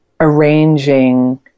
arranging